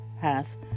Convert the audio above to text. hath